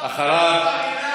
נאום בר-אילן,